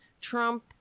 Trump